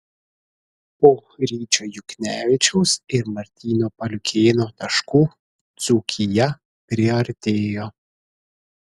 po ryčio juknevičiaus ir martyno paliukėno taškų dzūkija priartėjo